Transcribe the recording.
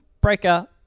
Breaker